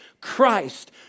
Christ